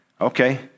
Okay